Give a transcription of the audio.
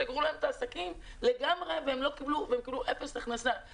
סגרו להם את העסקים לגמרי וקיבלו אפס הכנסה.